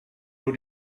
nur